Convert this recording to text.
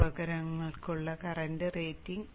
ഉപകരണങ്ങൾക്കുള്ള current rating